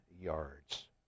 yards